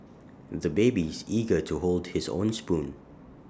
the baby is eager to hold his own spoon